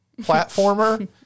platformer